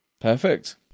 Perfect